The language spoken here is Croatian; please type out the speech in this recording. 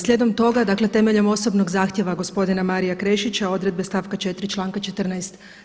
Slijedom toga, temeljem osobnog zahtjeva gospodina Maria Krešića odredbe stavka 4. članka 14.